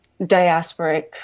diasporic